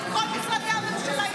את כל משרדי הממשלה,